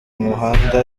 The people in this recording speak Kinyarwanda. muhanda